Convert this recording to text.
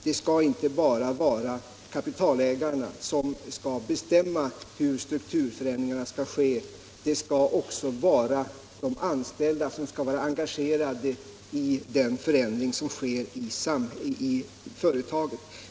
Det skall inte bara vara kapitalägarna som skall bestämma hur strukturförändringarna skall ske. De anställda skall också vara engagerade i den förändring som sker i företagen.